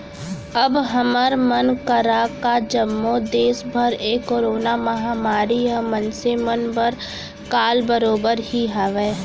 अब हमर मन करा का जम्मो देस बर ए करोना महामारी ह मनसे मन बर काल बरोबर ही हावय